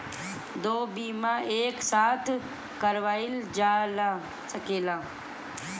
दो बीमा एक साथ करवाईल जा सकेला?